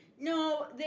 No